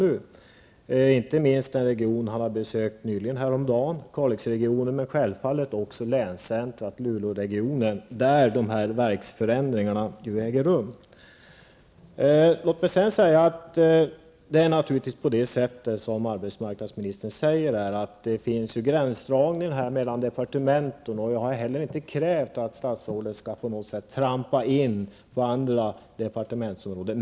Jag tänker inte minst på den region som statsrådet besökte häromdagen -- Kalixregionen -- men självfallet också på länscentret, Luleåregionen, där de här verksförändringarna ju äger rum. Det är naturligtvis så, som arbetsmarknadsministern här säger, att det finns en gränsdragning mellan departementen. Jag har heller inte krävt att statsrådet på något sätt skall klampa in på andra departements områden.